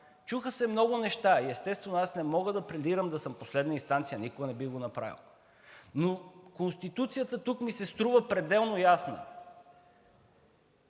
Чуха се много неща и естествено, аз не мога да пледирам да съм последна инстанция и никога не бих го направил. Но Конституцията тук ми се струва пределно ясна